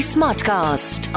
Smartcast